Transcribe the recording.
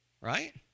right